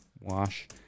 Wash